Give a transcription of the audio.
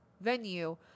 venue